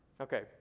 Okay